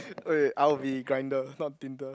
wait wait I'll be grinder not Tinder